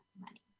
money